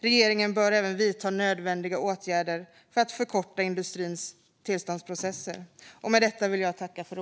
Regeringen bör även vidta nödvändiga åtgärder för att förkorta industrins tillståndsprocesser.